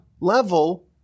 level